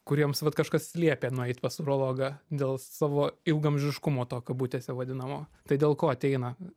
kuriems vat kažkas liepė nueit pas urologą dėl savo ilgaamžiškumo to kabutėse vadinamo tai dėl ko ateina